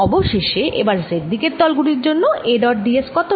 শেষে এবার z দিকের তল গুলির জন্য A ডট d s কত হবে